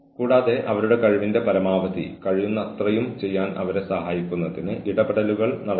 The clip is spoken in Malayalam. കൂടാതെ തൊഴിലാളികളെക്കുറിച്ച് വ്യക്തിപരമായ അഭിപ്രായം രേഖപ്പെടുത്തുന്നു